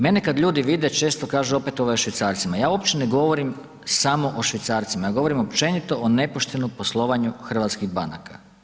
Mene kad ljudi vide često kažu opet ovaj je u švicarcima, ja uopće ne govorim samo o švicarcima, ja govorim općenito o nepoštenom poslovanju hrvatskih banaka.